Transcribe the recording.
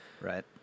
Right